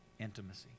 intimacy